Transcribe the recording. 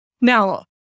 Now